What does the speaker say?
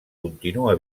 continua